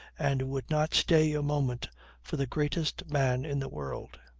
and would not stay a moment for the greatest man in the world.